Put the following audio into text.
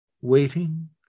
waiting